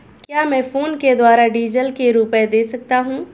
क्या मैं फोनपे के द्वारा डीज़ल के रुपए दे सकता हूं?